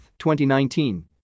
2019